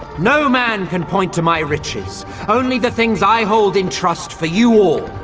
no man can point to my riches only the things i hold in trust for you all.